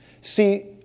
See